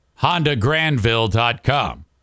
HondaGranville.com